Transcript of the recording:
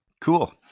Cool